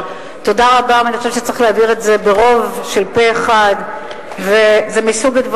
אני חושב שכל התהליך הזה פגום מיסודו,